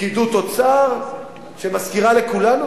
פקידות אוצר שמזכירה לכולנו,